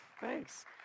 Thanks